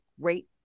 great